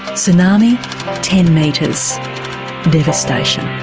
tsunami ten metres devastation.